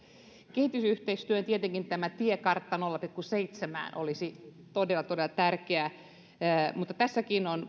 kehitysyhteistyö ja tietenkin tämä tiekartta nolla pilkku seitsemään olisi todella todella tärkeä ja tässäkin